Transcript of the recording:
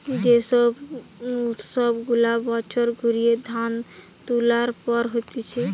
যে সব উৎসব গুলা বছর ঘুরিয়ে ধান তুলার পর হতিছে